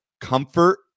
comfort